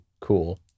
cool